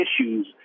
issues